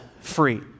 free